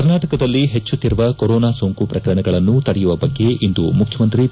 ಕರ್ನಾಟಕದಲ್ಲಿ ಹೆಚ್ಚುತ್ತಿರುವ ಕೊರೊನಾ ನೋಂಕು ಪ್ರಕರಣಗಳನ್ನು ತಡೆಯುವ ಬಗ್ಗೆ ಇಂದು ಮುಖ್ಯಮಂತ್ರಿ ಬಿ